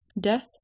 Death